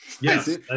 Yes